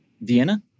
Vienna